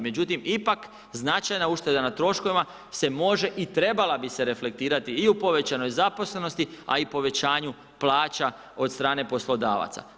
Međutim, ipak značajna ušteda na troškovima se može i trebala bi se reflektirati i u povećanoj zaposlenosti a i povećanju plaća od strane poslodavaca.